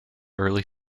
early